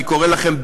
אני קורא לכם,